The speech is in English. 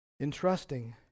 Entrusting